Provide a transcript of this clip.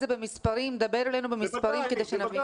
דבר אלינו במספרים כדי שנבין.